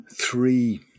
three